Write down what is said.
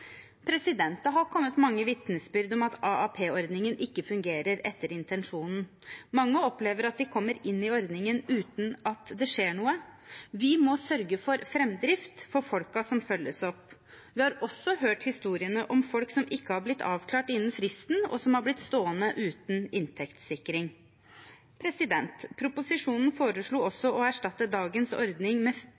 Det har kommet mange vitnesbyrd om at AAP-ordningen ikke fungerer etter intensjonen. Mange opplever at de kommer inn i ordningen uten at det skjer noe. Vi må sørge for framdrift for folk som følges opp. Vi har også hørt historiene om folk som ikke har blitt avklart innen fristen, og som har blitt stående uten inntektssikring. Proposisjonen foreslo også å erstatte dagens ordning med